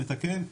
מתקן,